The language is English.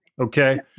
okay